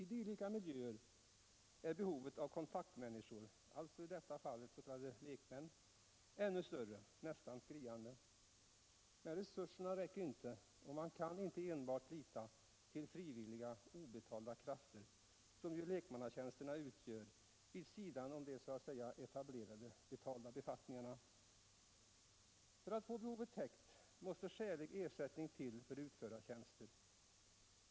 I dylika miljöer är behovet av kontaktmänniskor — i detta fall s.k. lekmän — ännu större, nästan skriande. Men resurserna räcker inte och man kan inte enbart lita till frivilliga obetalda krafter, som lekmannatjänsterna utgör, vid sidan av de etablerade betalda befattningarna. För att få behovet täckt måste skälig ersättning till för utförda tjänster.